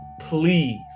Please